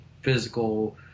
physical